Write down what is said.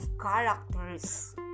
characters